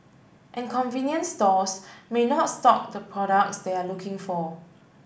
and convenience stores may not stock the products they are looking for